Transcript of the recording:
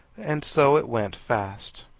and so it went fast.